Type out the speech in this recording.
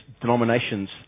denominations